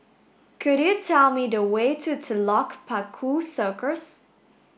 could you tell me the way to Telok Paku Circus